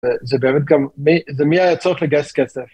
זה באמת גם, זה משהיה צורך לגייס כסף